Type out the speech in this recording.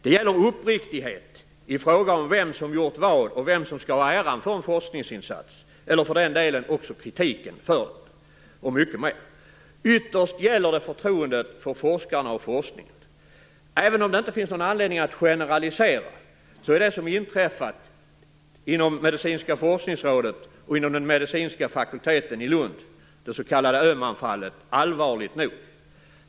Det gäller uppriktighet i fråga om vem som gjort vad och vem som skall ha äran för en forskningsinsats, eller för den delen också kritiken för den. Och det gäller mycket mer. Ytterst gäller det förtroendet för forskarna och forskningen. Även om det inte finns anledning att generalisera, är det som inträffat inom Medicinska forskningsrådet och inom den medicinska fakulteten i Lund, det s.k. Öhmanfallet, allvarligt nog.